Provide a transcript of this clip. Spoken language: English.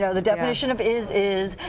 you know the definition of is is,